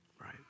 Right